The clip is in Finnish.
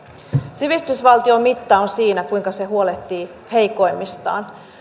sivistysvaltion mitta on siinä kuinka se huolehtii heikoimmistaan